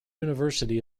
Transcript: university